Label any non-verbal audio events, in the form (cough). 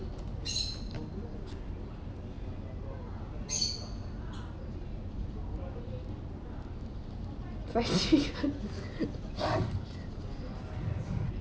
fried chicken (laughs)